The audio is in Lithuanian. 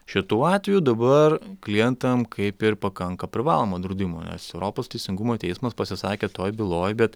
šituo atveju dabar klientam kaip ir pakanka privalomo draudimo nes europos teisingumo teismas pasisakė toj byloj bet